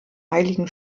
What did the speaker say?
heiligen